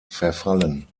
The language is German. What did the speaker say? verfallen